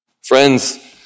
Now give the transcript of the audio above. Friends